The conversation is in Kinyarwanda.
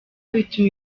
bituma